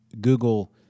Google